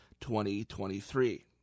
2023